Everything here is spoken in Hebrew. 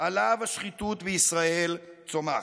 שעליו השחיתות בישראל צומחת.